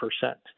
percent